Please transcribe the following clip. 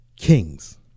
Kings